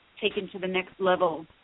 taken-to-the-next-level